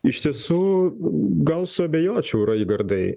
iš tiesų gal suabejočiau raigardai